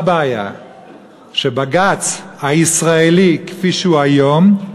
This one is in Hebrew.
הבעיה שבג"ץ הישראלי, כפי שהוא היום,